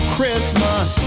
Christmas